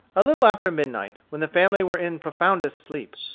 a little after midnight, when the family were in profoundest sleep,